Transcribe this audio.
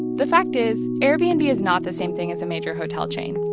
the fact is airbnb yeah is not the same thing as a major hotel chain.